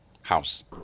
house